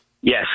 Yes